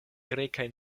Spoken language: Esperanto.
grekaj